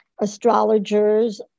astrologers